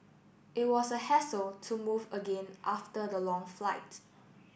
it was a hassle to move again after the long flight